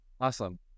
Awesome